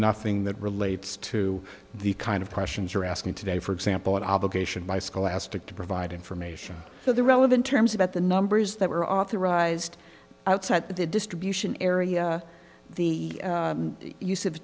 nothing that relates to the kind of questions you're asking today for example an obligation by scholastic to provide information for the relevant terms about the numbers that were authorized outside the distribution area the u